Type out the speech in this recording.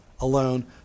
alone